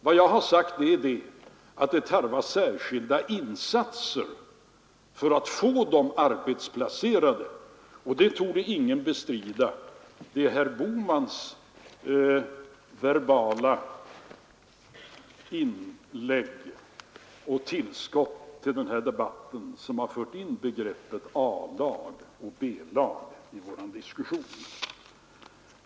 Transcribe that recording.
Vad jag har sagt är att det tarvas särskilda insatser för att få dem arbetsplacerade, och det torde ingen bestrida. Det är herr Bohmans verbala inlägg i den här debatten som har fört in begreppen A-lag och B-lag i vår diskussion.